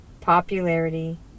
popularity